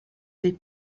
des